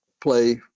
play